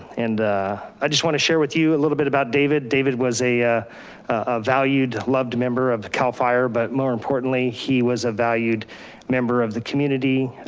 and i just wanna share with you a little bit about david. david was a yeah a valued, loved member of cal fire, but more importantly, he was a valued member of the community.